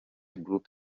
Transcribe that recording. group